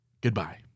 Goodbye